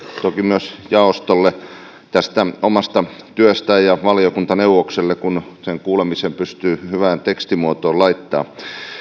toki myös jaostolle omasta työstään ja valiokuntaneuvokselle kun sen kuulemisen pystyy hyvään tekstimuotoon laittamaan